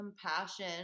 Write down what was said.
compassion